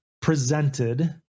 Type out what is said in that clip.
presented